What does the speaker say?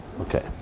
Okay